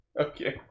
Okay